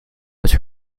but